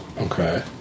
Okay